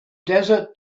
desert